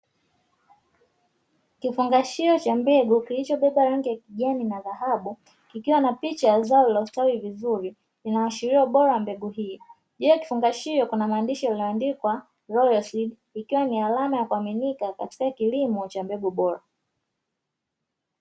Kifungashio cha mbegu kilichobeba rangi ya kijani na dhahabu, kikiwa na picha ya zao lililostawi vizuri inaashiria ubora mbegu hii, juu ya kifungashio kuna maandishi yaliyoandikwa 'royal seed' ikiwa ni alama ya kuaminika katika kilimo cha mbegu bora.